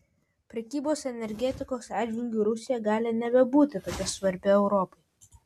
prekybos energetikos atžvilgiu rusija gali nebebūti tokia svarbi europai